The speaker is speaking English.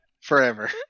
forever